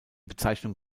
bezeichnung